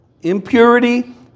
impurity